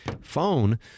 phone